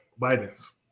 Biden's